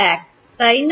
1 না